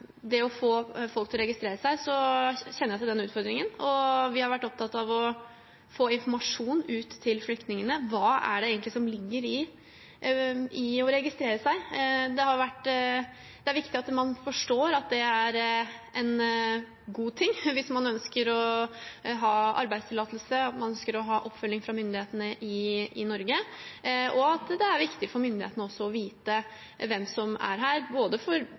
det gjelder det å få folk til å registrere seg, kjenner jeg til den utfordringen. Vi har vært opptatt av å få informasjon ut til flyktningene om hva det egentlig er som ligger i å registrere seg. Det er viktig at man forstår at det er en god ting hvis man ønsker å ha arbeidstillatelse og ønsker å ha oppfølging fra myndighetene i Norge. Det er også viktig for myndighetene å vite hvem som er her, både for